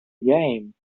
game